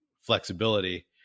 flexibility